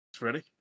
Ready